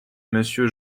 monsieur